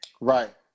Right